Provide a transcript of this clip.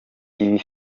ibi